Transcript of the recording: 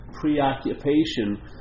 preoccupation